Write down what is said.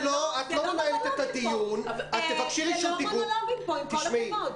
זה לא מונולוגים פה, עם כל הכבוד.